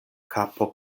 kapo